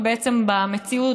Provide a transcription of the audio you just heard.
ובעצם במציאות,